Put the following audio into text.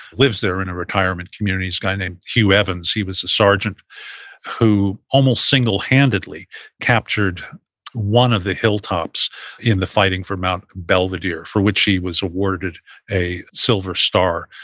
lives there in a retirement community, this guy named hugh evans. he was a sergeant who almost single-handedly captured one of the hilltops in the fighting for mount belvedere, for which he was awarded a silver star.